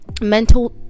Mental